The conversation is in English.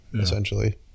essentially